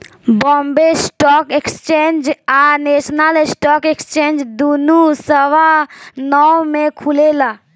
Bombay stock exchange आ national stock exchange दुनो सवा नौ में खुलेला